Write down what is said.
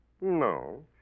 No